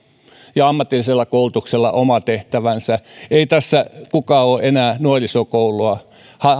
ja ammatillisella koulutuksella oma tehtävänsä ei tässä kukaan ole enää nuorisokoulua